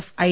F I